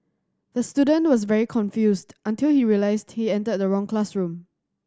the student was very confused until he realised he entered the wrong classroom